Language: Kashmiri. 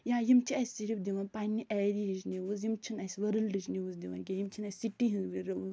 یا یِم چھِ اَسہِ صِرِف دِوان پَنٛنہِ ایریِہٕچ نِوٕز یِم چھِنہٕ اَسہِ ؤرٕلڈٕچ نِوٕز دِوان کیٚنہہ یِم چھِنہٕ اَسہِ سِٹی ہِنٛز